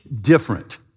different